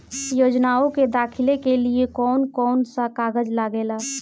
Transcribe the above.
योजनाओ के दाखिले के लिए कौउन कौउन सा कागज लगेला?